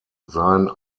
sein